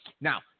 Now